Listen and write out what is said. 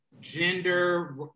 gender